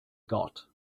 got